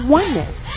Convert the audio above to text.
oneness